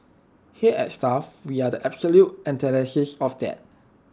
here at stuff we are the absolute antithesis of that